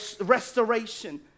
restoration